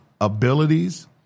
abilities